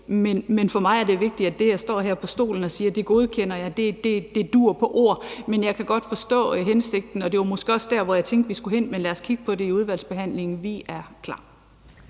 For mig er det vigtigt, at det, jeg står her på talerstolen og siger, er noget, jeg kan stå inde for, og at det duer på ord. Men jeg kan godt forstå hensigten, og det var måske også der, hvor jeg tænkte vi skulle hen. Men lad os kigge på det i udvalgsbehandlingen. Vi er klar.